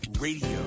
Radio